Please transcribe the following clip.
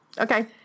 okay